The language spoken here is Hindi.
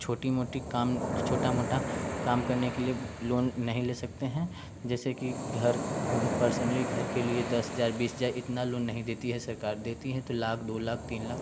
छोटी मोटी काम छोटा मोटा काम करने के लिए लोन नहीं ले सकते हैं जैसे कि घर पर्सनली घर के लिए दस हजार बीस हजार इतना लोन नहीं देती है सरकार देती हैं तो लाख दो लाख तीन लाख